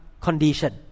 condition